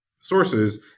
sources